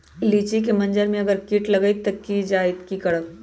लिचि क मजर म अगर किट लग जाई त की करब?